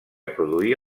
produir